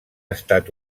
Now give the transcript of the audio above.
estat